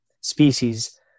species